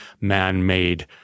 man-made